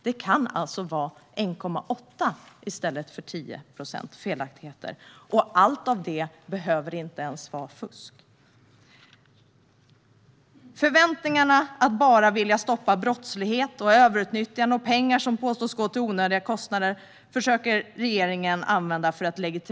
Det kan alltså vara 1,8 procent felaktigheter i stället för 10. Och allt det behöver inte ens vara fusk. För att legitimera sina åtstramningar försöker regeringen använda förevändningar om att bara vilja stoppa brottslighet, överutnyttjande och pengar som påstås gå till onödiga kostnader.